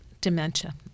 dementia